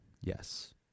Yes